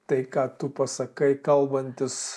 tai ką tu pasakai kalbantis